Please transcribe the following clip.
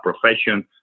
profession